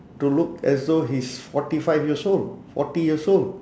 to look as though he's forty five years old forty years old